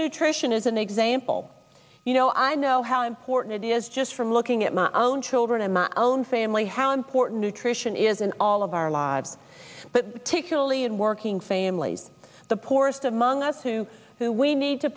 nutrition is an example you know i know how important it is just from looking at my own children in my own family how important nutrition is in all of our lives but to kilian working families the poorest among us to who we need to